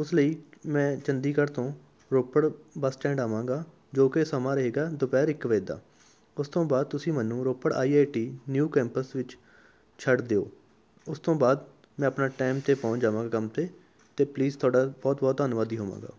ਉਸ ਲਈ ਮੈਂ ਚੰਡੀਗੜ੍ਹ ਤੋਂ ਰੋਪੜ ਬੱਸ ਸਟੈਂਡ ਆਵਾਂਗਾ ਜੋ ਕਿ ਸਮਾਂ ਰਹੇਗਾ ਦੁਪਹਿਰ ਇੱਕ ਵਜੇ ਦਾ ਉਸ ਤੋਂ ਬਾਅਦ ਤੁਸੀਂ ਮੈਨੂੰ Ropar I I T new campus ਵਿੱਚ ਛੱਡ ਦਿਓ ਉਸ ਤੋਂ ਬਾਅਦ ਮੈਂ ਆਪਣਾ ਟਾਈਮ 'ਤੇ ਪਹੁੰਚ ਜਾਵਾਂਗਾ ਕੰਮ 'ਤੇ ਅਤੇ ਪਲੀਜ਼ ਤੁਹਾਡਾ ਬਹੁਤ ਬਹੁਤ ਧੰਨਵਾਦੀ ਹੋਵਾਂਗਾ